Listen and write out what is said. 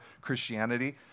Christianity